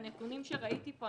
הנתונים שראיתי פה,